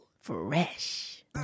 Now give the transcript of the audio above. Fresh